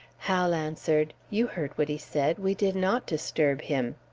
hal answered, you heard what he said. we did not disturb him.